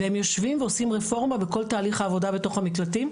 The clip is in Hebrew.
והם יושבים ועושים רפורמה בכל תהליך העבודה בתוך המקלטים.